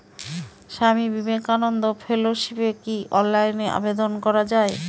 স্বামী বিবেকানন্দ ফেলোশিপে কি অনলাইনে আবেদন করা য়ায়?